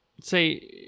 say